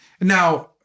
now